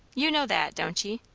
you know that, don't ye?